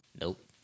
Nope